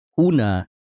una